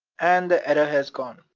and the error has gone.